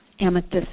Amethyst